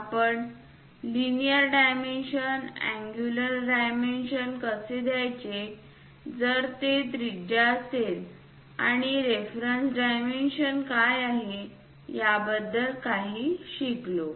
आपण linear dimension angular dimension कसे द्यायचे जर ते त्रिज्या असेल आणि रेफरन्स डायमेन्शन काय आहे याबद्दल काही शिकलो